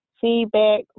feedback